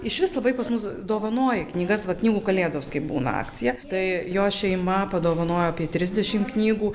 išvis labai pas mus dovanoja knygas va knygų kalėdos kai būna akcija tai jo šeima padovanojo apie trisdešim knygų